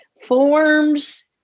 forms